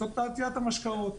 זו תעשיית המשקאות.